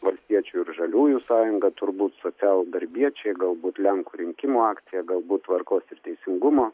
valstiečių ir žaliųjų sąjunga turbūt socialdarbiečiai galbūt lenkų rinkimų akcija galbūt tvarkos ir teisingumo